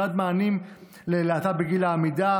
ועד מענים ללהט"ב בגיל העמידה,